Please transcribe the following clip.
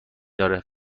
داره